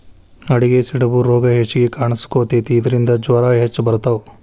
ಆಡಿಗೆ ಸಿಡುಬು ರೋಗಾ ಹೆಚಗಿ ಕಾಣಿಸಕೊತತಿ ಇದರಿಂದ ಜ್ವರಾ ಹೆಚ್ಚ ಬರತಾವ